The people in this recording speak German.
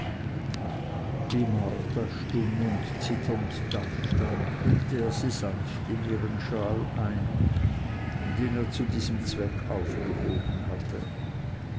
wie marta stumm und zitternd dastand hüllte er sie sanft in ihren schal ein den er zu diesem zweck aufgehoben hatte